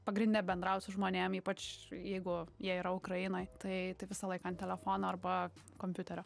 pagrinde bendraut žmonėms ypač jeigu jie yra ukrainoj tai visą laiką ant telefono arba kompiuterio